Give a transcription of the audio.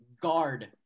guard